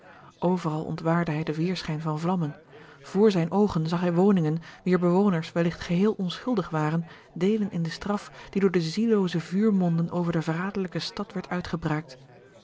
ontwaarde hij den weêrschijn van vlammen voor zijne oogen zag hij woningen wier bewoners welligt geheel onschuldig waren deelen in de straf die door de ziellooze vuurmonden over de verraderlijke stad werd